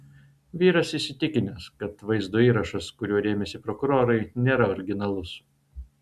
vyras įsitikinęs kad vaizdo įrašas kuriuo rėmėsi prokurorai nėra originalus